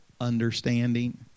understanding